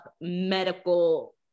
medical